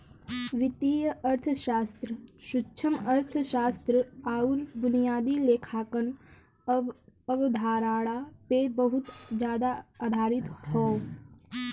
वित्तीय अर्थशास्त्र सूक्ष्मअर्थशास्त्र आउर बुनियादी लेखांकन अवधारणा पे बहुत जादा आधारित हौ